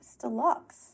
deluxe